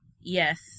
Yes